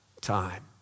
time